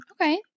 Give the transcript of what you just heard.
Okay